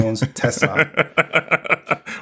Tesla